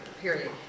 Period